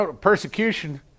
persecution